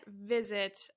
visit